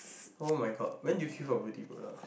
oh-my-god when did you queue for beauty product